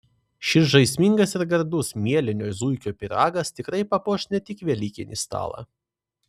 šis žaismingas ir gardus mielinio zuikio pyragas tikrai papuoš ne tik velykinį stalą